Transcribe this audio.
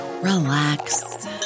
relax